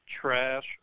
trash